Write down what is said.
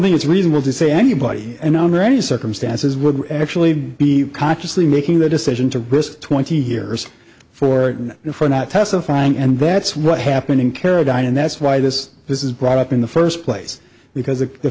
think it's reasonable to say anybody and under any circumstances would actually be consciously making the decision to risk twenty years for you for not testifying and that's what happened in carolina and that's why this this is brought up in the first place because